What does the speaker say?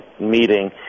meeting